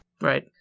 Right